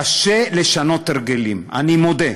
קשה לשנות הרגלים, אני מודה,